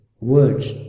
words